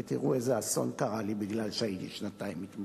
תראו איזה אסון קרה לי מפני שהייתי שנתיים מתמחה: